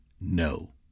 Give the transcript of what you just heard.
no